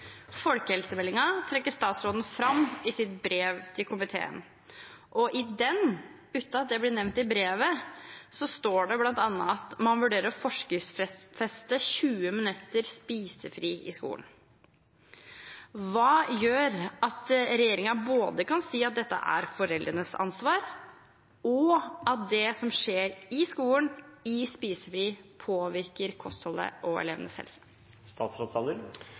komiteen, og i den, uten at det blir nevnt i brevet, står det bl.a. at man vurderer å forskriftsfeste 20 minutters spisefri i skolen. Hva gjør at regjeringen både kan si at dette er foreldrenes ansvar, og at det som skjer i skolen i spisefri, påvirker kostholdet og elevenes